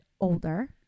older